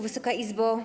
Wysoka Izbo!